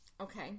Okay